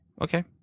Okay